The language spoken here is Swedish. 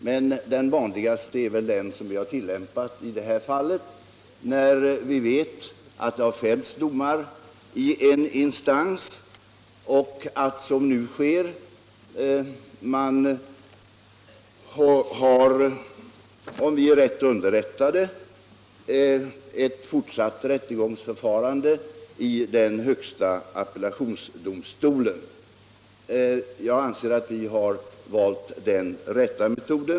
Men den vanligaste är den vi har tillämpat i det här fallet: När vi vet att det fälls domar i en instans och att man — som nu sker, om vi är rätt underrättade — har ett fortsatt rättegångsförfarande i den högsta appellationsdomstolen, redovisar vi vår uppfattning att dödsdomarna bör omvandlas till mildare straff. Jag anser att vi valt den rätta metoden.